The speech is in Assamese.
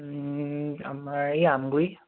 আমাৰ এই আমগুৰি